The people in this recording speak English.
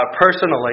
Personally